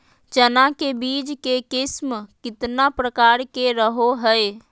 चना के बीज के किस्म कितना प्रकार के रहो हय?